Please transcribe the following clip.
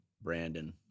Brandon